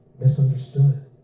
misunderstood